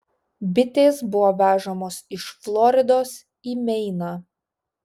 bitės buvo vežamos iš floridos į meiną